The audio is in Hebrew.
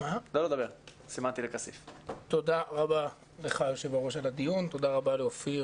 תודה רבה לאופיר